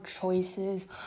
choices